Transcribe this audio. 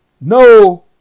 no